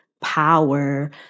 power